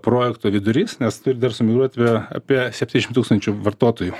projekto vidurys nes turi dar sumigruot apie apie septyniasdešimt tūkstančių vartotojų